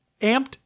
amped